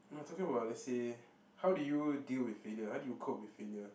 no I talking about let's say how do you deal with failure how do you cope with failure